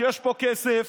הם עושים עליך סיבוב,